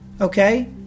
okay